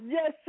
Yes